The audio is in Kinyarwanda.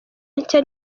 nshya